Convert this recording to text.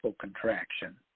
contraction